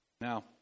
Now